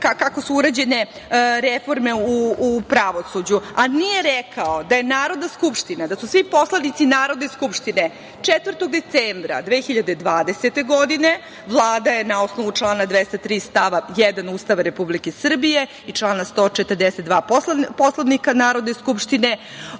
kako su urađene reforme u pravosuđu, a nije rekao da je Narodna skupština, da su svi poslanici Narodne skupštine 4. decembra 2020. godine, Vlada je na osnovu člana 203. stava 1. Ustava Republike Srbije i člana 142. Poslovnika Narodne skupštine,